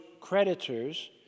creditors